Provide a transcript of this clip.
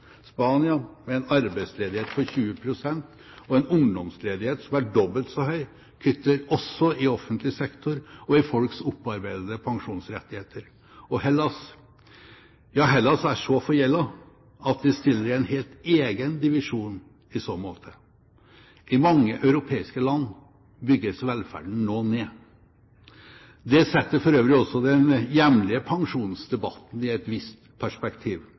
Spania, med en arbeidsledighet på 20 pst. og en ungdomsledighet som er dobbelt så høy, kutter også i offentlig sektor og i folks opparbeidede pensjonsrettigheter. Og Hellas – ja, Hellas er så forgjeldet at de stiller i en helt egen divisjon i så måte. I mange europeiske land bygges velferden nå ned. Det setter for øvrig også den hjemlige pensjonsdebatten i et visst perspektiv.